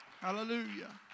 Hallelujah